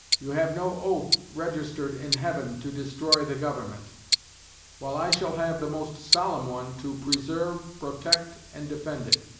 you have no oath registered in heaven to destroy the government while i shall have the most solemn one to preserve, protect, and defend it.